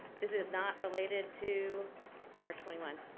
this is not related to r twenty one.